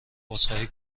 عذرخواهی